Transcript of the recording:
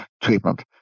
treatment